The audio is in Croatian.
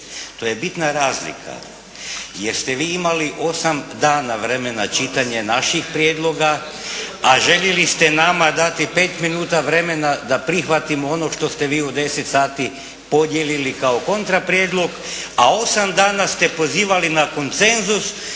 To je bitna razlika, jer ste vi imali osam dana vremena čitanja naših prijedloga, a željeli ste nama dati pet minuta vremena da prihvatimo ono što ste vi u deset sati podijelili kao kontraprijedlog, a osam dana ste pozivali na koncenzus